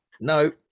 No